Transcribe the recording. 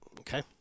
Okay